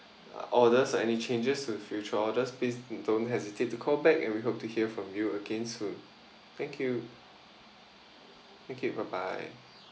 orders or any changes with future orders please don't hesitate to call back and we hope to hear from you again soon thank you thank you bye bye